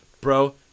bro